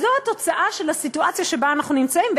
אז זו התוצאה של הסיטואציה שבה אנחנו נמצאים,